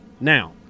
Now